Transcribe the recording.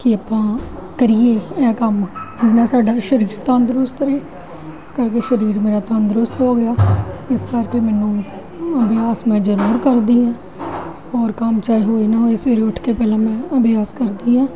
ਕਿ ਆਪਾਂ ਕਰੀਏ ਕੰਮ ਜਿਸ ਨਾਲ ਸਾਡਾ ਸਰੀਰ ਤੰਦਰੁਸਤ ਰਹੇ ਇਸ ਕਰਕੇ ਸਰੀਰ ਮੇਰਾ ਤੰਦਰੁਸਤ ਹੋ ਗਿਆ ਇਸ ਕਰਕੇ ਮੈਨੂੰ ਅਭਿਆਸ ਮੈਂ ਜ਼ਰੂਰ ਕਰਦੀ ਹਾਂ ਹੋਰ ਕੰਮ ਚਾਹੇ ਹੋਏ ਨਾ ਹੋਏ ਸਵੇਰੇ ਉੱਠ ਕੇ ਪਹਿਲਾਂ ਮੈਂ ਅਭਿਆਸ ਕਰਦੀ ਹਾਂ